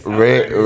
red